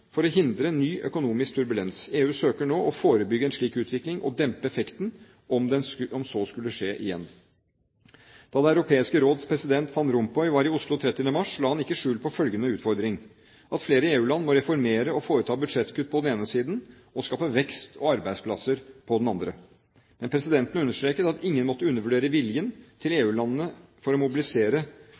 for å hindre ny økonomisk turbulens. EU søker nå å forebygge en slik utvikling og dempe effekten – om så skulle skje igjen. Da Det europeiske råds president Van Rompuy var i Oslo 30. mars, la han ikke skjul på følgende utfordring: at flere EU-land må reformere og foreta budsjettkutt på den ene siden og skape vekst og arbeidsplasser på den andre. Men presidenten understreket at ingen måtte undervurdere viljen EU-landene mobiliserer for å